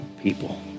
people